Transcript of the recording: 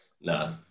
No